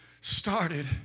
started